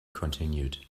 continued